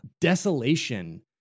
Desolation